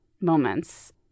moments